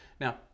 Now